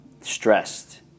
stressed